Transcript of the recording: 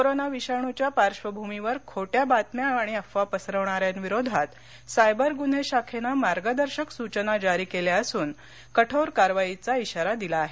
corona विषाणूच्या पार्श्वभूमीवर खोट्या बातम्या आणि अफवा पसरवणाऱ्यां विरोधात सायबर गुन्हे शाखेनं मार्गदर्शक सूचना जारी केल्या असून कठोर कारवाईचा श्रारा दिला आहे